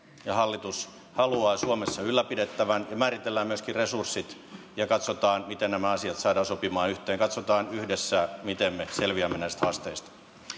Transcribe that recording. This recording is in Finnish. ja hallitus haluavat suomessa ylläpidettävän ja määritellään myöskin resurssit ja katsotaan miten nämä asiat saadaan sopimaan yhteen katsotaan yhdessä miten me selviämme näistä haasteista